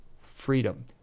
freedom